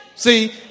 See